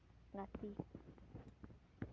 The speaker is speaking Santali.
ᱜᱟᱛᱮ